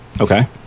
Okay